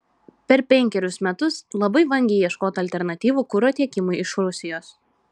per penkerius metus labai vangiai ieškota alternatyvų kuro tiekimui iš rusijos